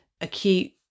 acute